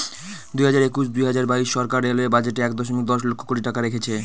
দুই হাজার একুশ দুই হাজার বাইশ সরকার রেলওয়ে বাজেটে এক দশমিক দশ লক্ষ কোটি টাকা রেখেছে